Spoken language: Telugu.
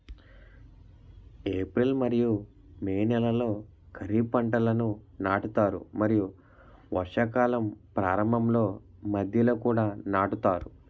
ఏప్రిల్ మరియు మే నెలలో ఖరీఫ్ పంటలను నాటుతారు మరియు వర్షాకాలం ప్రారంభంలో మధ్యలో కూడా నాటుతారు